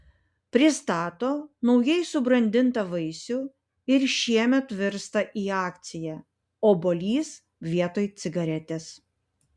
pristato naujai subrandintą vaisių ir šiemet virsta į akciją obuolys vietoj cigaretės